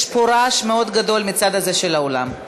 יש פה רעש מאוד גדול מהצד הזה של האולם.